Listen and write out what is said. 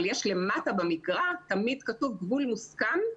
אבל יש למטה במקרא, תמיד כתוב גבול מוסכם,